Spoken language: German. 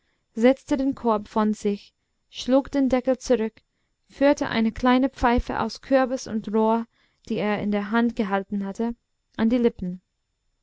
setzte den korb von sich schlug den deckel zurück führte eine kleine pfeife aus kürbis und rohr die er in der hand gehalten hatte an die lippen